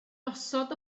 osod